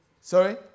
Sorry